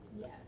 Yes